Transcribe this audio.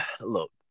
Look